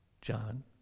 John